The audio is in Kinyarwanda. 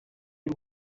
y’u